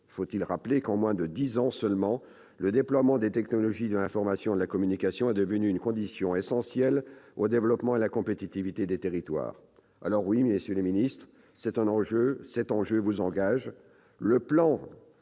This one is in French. Faut-il rappeler qu'en moins de dix ans seulement, le déploiement des technologies de l'information et de la communication est devenu une composante essentielle du développement et de la compétitivité des territoires ? Alors oui, monsieur le ministre, monsieur le